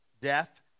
death